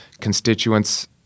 constituents